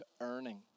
earning